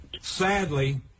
Sadly